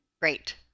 Great